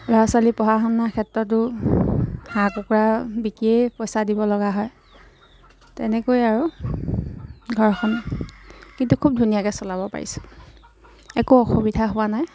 ল'ৰা ছোৱালী পঢ়া শুনাৰ ক্ষেত্ৰতো হাঁহ কুকুৰা বিকিয়েই পইচা দিব লগা হয় তেনেকৈ আৰু ঘৰখন কিন্তু খুব ধুনীয়াকৈ চলাব পাৰিছোঁ একো অসুবিধা হোৱা নাই